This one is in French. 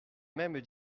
même